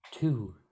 two